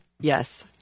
Yes